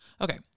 okay